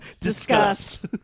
Discuss